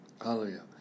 Hallelujah